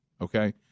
okay